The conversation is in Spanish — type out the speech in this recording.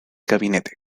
gabinete